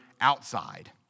outside